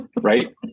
right